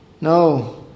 No